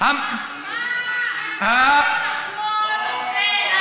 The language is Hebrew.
מה משה כחלון עושה,